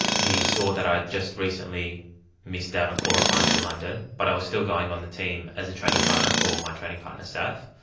he saw that i had just recently missed out on qualifying for london, but i was still going on the team as a training partner for my training partner saf.